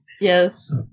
yes